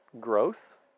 growth